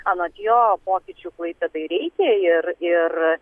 anot jo pokyčių klaipėdai reikia ir ir